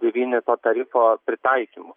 devyni to tarifo pritaikymų